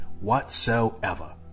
whatsoever